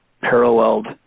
paralleled